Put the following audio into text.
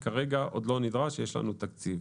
כרגע עוד לא נדרש, יש לנו תקציב.